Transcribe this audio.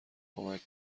کمک